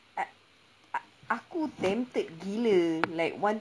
a~ a~ aku tempted gila like want